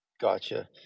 Gotcha